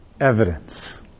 evidence